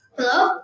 Hello